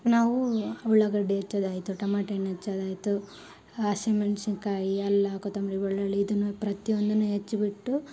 ನಾವೂ ಉಳ್ಳಾಗಡ್ಡಿ ಹೆಚ್ಚೋದಾಯ್ತು ಟಮಾಟೆ ಹಣ್ಣು ಹೆಚ್ಚೋದಾಯ್ತು ಹಸಿ ಮೆಣಸಿನ್ಕಾಯಿ ಎಲ್ಲ ಕೊತ್ತಂಬರಿ ಬೆಳ್ಳುಳ್ಳಿ ಇದನ್ನು ಪ್ರತಿಯೊಂದನ್ನೂ ಹೆಚ್ಬಿಟ್ಟು